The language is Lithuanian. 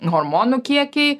hormonų kiekiai